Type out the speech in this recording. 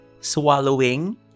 swallowing